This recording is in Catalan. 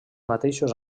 mateixos